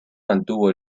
mantuvo